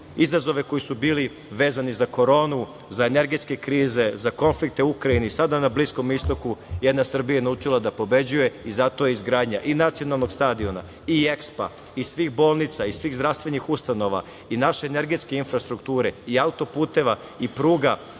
izazove koji su bili vezani za koronu, za energetske krize, za konflikte u Ukrajini, sada na Bliskom Istoku, jedna Srbija je naučila da pobeđuje i zato je izgradnja i nacionalnog stadiona i EKSPO-a i svih bolnica i svih zdravstvenih ustanova i naše energetske infrastrukture i auto-puteva i pruga